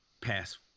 pass